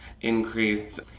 increased